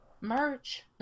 merch